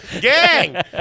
Gang